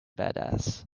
badass